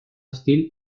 hostil